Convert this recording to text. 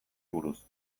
buruz